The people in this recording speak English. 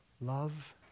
love